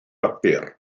bapur